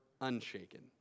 unshaken